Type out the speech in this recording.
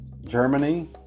Germany